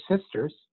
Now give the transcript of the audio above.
sisters